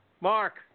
Mark